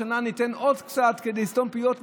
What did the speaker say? השנה ניתן עוד קצת כדי לסתום פיות,